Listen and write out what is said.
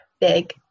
big